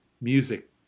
music